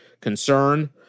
concern